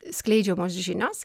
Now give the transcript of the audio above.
skleidžiamos žinios